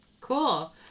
Cool